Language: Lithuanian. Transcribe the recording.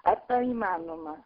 ar tai įmanoma